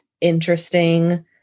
interesting